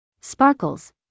Sparkles